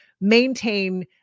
maintain